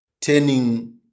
turning